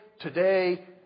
today